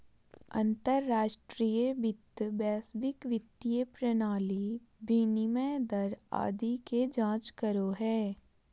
अंतर्राष्ट्रीय वित्त वैश्विक वित्तीय प्रणाली, विनिमय दर आदि के जांच करो हय